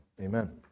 Amen